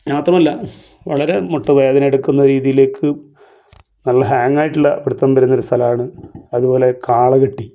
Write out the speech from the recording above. മാത്രമല്ല വളരെ മുട്ട് വേദന എടുക്കുന്ന രീതിയിലേക്ക് നല്ല ഹാങ്ങായിട്ടുള്ള പിടുത്തം വരുന്ന ഒരു സ്ഥലമാണ് അതുപോലെ കാളകെട്ടി